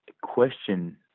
question